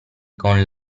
con